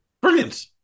brilliant